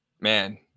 man